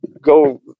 go